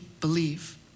believe